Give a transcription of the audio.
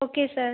okay sir